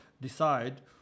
decide